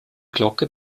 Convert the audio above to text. glocke